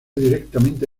directamente